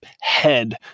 head